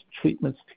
treatments